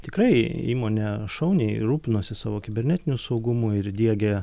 tikrai įmonė šauniai rūpinosi savo kibernetiniu saugumu ir diegia